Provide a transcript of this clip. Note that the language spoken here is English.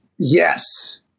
Yes